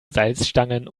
salzstangen